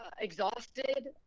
exhausted